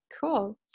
cool